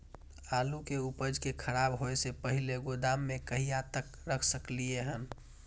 आलु के उपज के खराब होय से पहिले गोदाम में कहिया तक रख सकलिये हन?